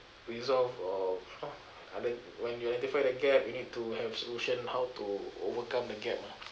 resolve or you know other~ when you're at different angle you need to have solution how to overcome the gap ah